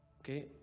Okay